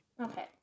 Okay